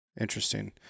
Interesting